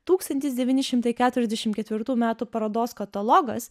tūkstantis devyni šimtai keturiasdešim ketvirtųjų metų parodos katalogas